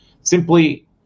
Simply